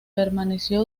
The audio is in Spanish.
permaneció